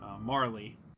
Marley